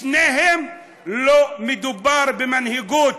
בשניהם לא מדובר במנהיגות,